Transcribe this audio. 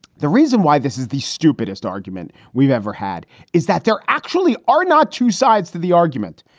the reason why this is the stupidest argument we've ever had is that there actually are not two sides to the argument.